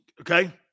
Okay